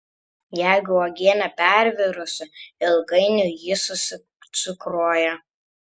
jeigu uogienė pervirusi ilgainiui ji susicukruoja